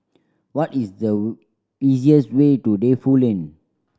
what is the easiest way to Defu Lane